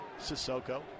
Sissoko